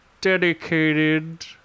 dedicated